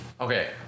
Okay